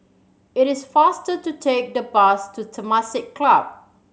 it is faster to take the bus to Temasek Club